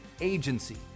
agency